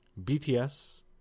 BTS